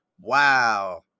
wow